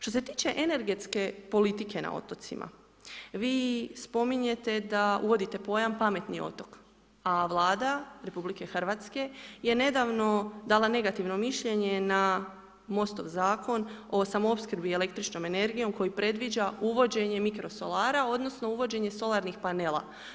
Što se tiče energetske politike na otocima, vi spominjete da uvodite pojam pametni otok, a Vlada RH je nedavno dala negativno mišljenje na Mostov Zakon o samoopskrbi električnom energijom koji predviđa uvođenje mikrosolara odnosno uvođenje solarnih panela.